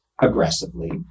aggressively